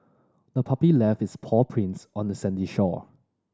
the puppy left its paw prints on the sandy shore